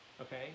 okay